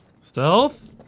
Stealth